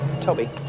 Toby